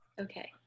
Okay